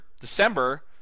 December